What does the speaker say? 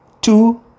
two